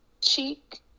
cheek